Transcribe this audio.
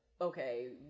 okay